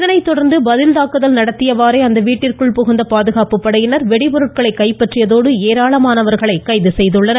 இதனைத் தொடர்ந்து பதில் தாக்குதல் நடத்தியவாறே அந்த வீட்டிற்குள் புகுந்த பாதுகாப்பு படையினர் வெடிபொருட்களை கைப்பற்றியதோடு ஏராளமானவர்களை கைது செய்தனர்